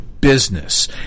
business